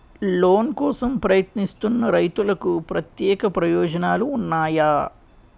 Loan కోసం ప్రయత్నిస్తున్న రైతులకు ప్రత్యేక ప్రయోజనాలు ఉన్నాయా?